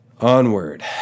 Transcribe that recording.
Onward